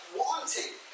wanting